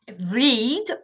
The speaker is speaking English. read